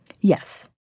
Yes